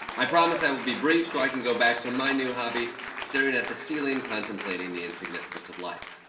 i promise i will be brief so i can go back to my new hobby staring at the ceiling, contemplating the insignificance of life.